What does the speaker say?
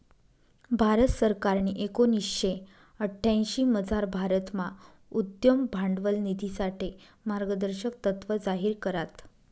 भारत सरकारनी एकोणीशे अठ्यांशीमझार भारतमा उद्यम भांडवल निधीसाठे मार्गदर्शक तत्त्व जाहीर करात